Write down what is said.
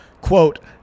quote